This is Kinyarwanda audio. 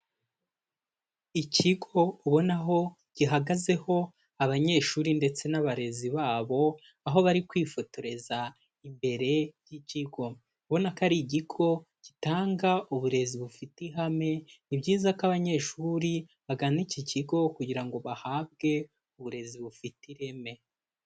Ikigo ubona gihagazeho abanyeshuri ndetse n'abarezi babo, aho bari kwifotoreza imbere y'ikigo. Ubona ko ari ikigo gitanga uburezi bufite ihame, ni byiza ko abanyeshuri bagana iki kigo kugira ngo bahabwe uburezi bufite ireme.